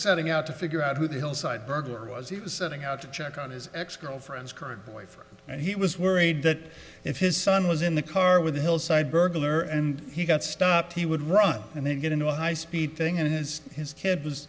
setting out to figure out who the hillside burglar was it was setting out to check on his ex girlfriends current boyfriend and he was worried that if his son was in the car with a hillside burglar and he got stopped he would run and then get into a high speed thing and his his kid was